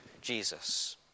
Jesus